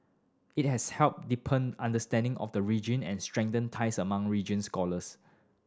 it has helped deepen understanding of the region and strengthened ties among region scholars